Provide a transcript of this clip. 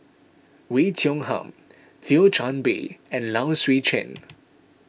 Oei Tiong Ham Thio Chan Bee and Low Swee Chen